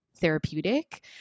therapeutic